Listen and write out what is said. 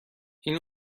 این